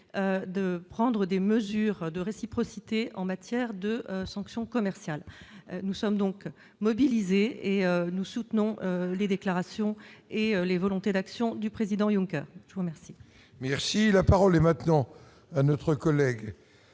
de prendre des mesures de réciprocité en matière de sanctions commerciales, nous sommes donc mobilisés et nous soutenons les déclarations et les volontés d'action du président Junker je vous remercie. Merci, la parole est maintenant à notre collègue